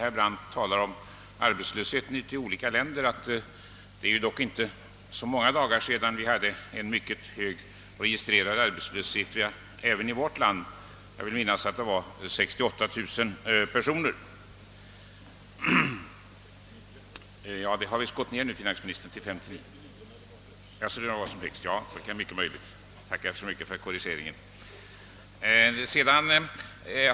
Jag tackar så mycket för korrigeringen.